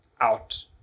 Out